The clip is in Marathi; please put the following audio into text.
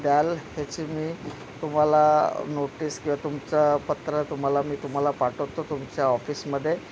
द्याल ह्याची मी तुम्हाला नोटीस किंवा तुमचा पत्र तुम्हाला मी तुम्हाला पाठवतो तुमच्या ऑफिसमध्ये